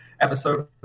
episode